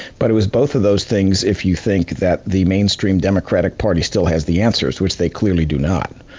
but it was both of those things if you think that the mainstream democratic party still has the answers, which they clearly do not.